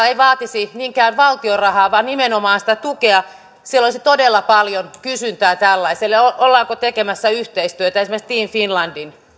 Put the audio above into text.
eivät vaatisi niinkään valtion rahaa vaan nimenomaan sitä tukea siellä olisi todella paljon kysyntää tällaiselle ollaanko tekemässä yhteistyötä esimerkiksi team finlandin